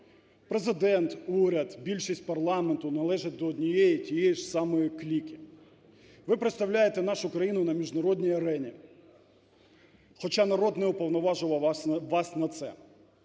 Президент, уряд, більшість парламенту належать до однієї і тієї ж самої кліки. Ви представляєте нашу країну на міжнародній арені, хоча народ не уповноважував вас на це.